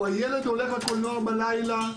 או הילד הולך לקולנוע בלילה,